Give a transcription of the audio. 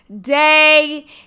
day